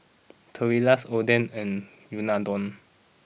Tortillas Oden and Unadon